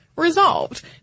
Resolved